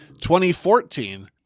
2014